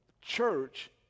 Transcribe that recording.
church